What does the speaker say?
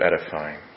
edifying